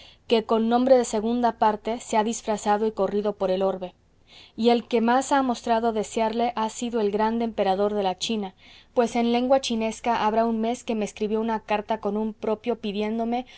que con nombre de segunda parte se ha disfrazado y corrido por el orbe y el que más ha mostrado desearle ha sido el grande emperador de la china pues en lengua chinesca habrá un mes que me escribió una carta con un propio pidiéndome